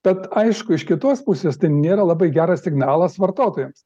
tad aišku iš kitos pusės tai nėra labai geras signalas vartotojams